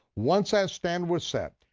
once that standard was set,